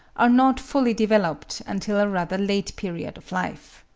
are not fully developed until a rather late period of life.